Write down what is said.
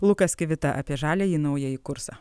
lukas skivita apie žaliąjį naująjį kursą